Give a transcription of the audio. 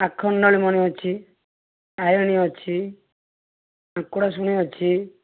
ଆଖଣ୍ଡଳମଣି ଅଛି ତାରିଣୀ ଅଛି ଅଛି